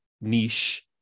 niche